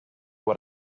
what